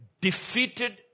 defeated